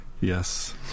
Yes